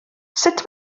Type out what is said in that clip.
sut